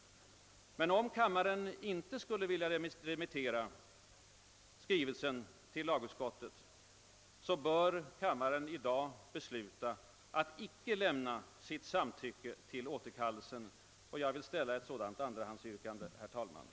Men om kammaren inte skulle vilja remittera skrivelsen till lagutskottet bör den i dag besluta ait icke lämna sitt samtycke till återkallelsen, och jag vill, herr talman, ställa ett sådant villkorligt yrkande.